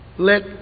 Let